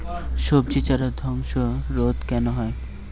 সবজির চারা ধ্বসা রোগ কেন হয়?